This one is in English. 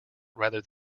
rather